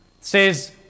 says